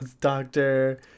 Doctor